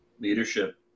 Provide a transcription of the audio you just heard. Leadership